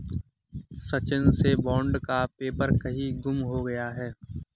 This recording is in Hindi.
सचिन से बॉन्ड का पेपर कहीं गुम हो गया है